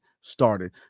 started